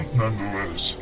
nonetheless